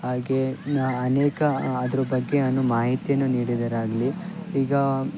ಹಾಗೇ ಅನೇಕ ಅದ್ರ ಬಗ್ಗೆ ಅನು ಮಾಹಿತಿಯನ್ನು ನೀಡಿದರಾಗಲಿ ಈಗ